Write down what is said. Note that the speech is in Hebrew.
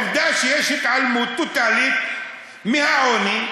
עובדה שיש התעלמות טוטלית מהעוני,